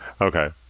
Okay